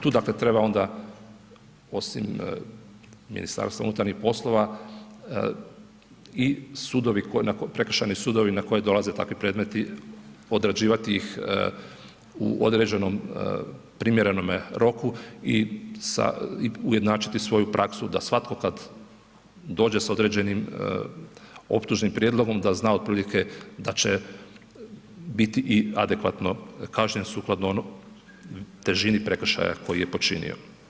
Tu dakle treba onda osim MUP-a i prekršajni sudovi na koje dolaze takvi predmeti, odrađivati ih u određenom primjerenome roku i ujednačiti svoju praksu da svatko kad dođe s određenim optužnim prijedlogom da zna otprilike da će biti i adekvatno kažnjen sukladno težini prekršaja koji je počinio.